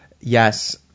yes